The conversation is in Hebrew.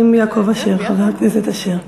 חברי הכנסת שמעון אוחיון וחיים יעקב אשר,